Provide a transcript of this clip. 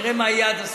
נראה מה יהיה עד הסוף.